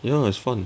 ya it's fun